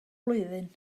blwyddyn